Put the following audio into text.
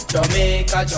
Jamaica